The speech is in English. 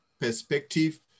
perspective